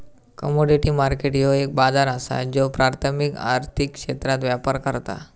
commodity market ह्यो एक बाजार असा ज्यो प्राथमिक आर्थिक क्षेत्रात व्यापार करता